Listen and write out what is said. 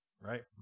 Right